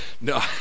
No